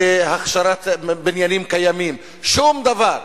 לא בהכשרת בניינים קיימים, שום דבר,